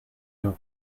your